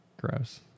gross